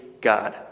God